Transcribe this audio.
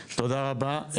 תודה רבה.